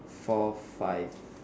four five